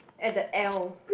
at the aisle